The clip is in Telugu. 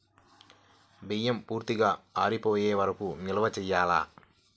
బియ్యం పూర్తిగా ఆరిపోయే వరకు నిల్వ చేయాలా?